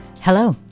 Hello